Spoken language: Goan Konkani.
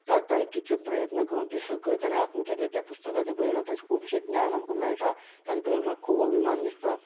ताणें कितले प्रयत्न करून ताणें आत्मचरित त्या पुस्तकाचेर बरयलां आनी ताचें खुबशें ज्ञान आमकां मेळटा ताजे बद्दल म्हाका खूब अभिमान दिसता